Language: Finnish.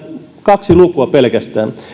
kaksi lukua pelkästään